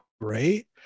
great